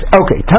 okay